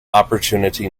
opportunity